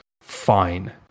Fine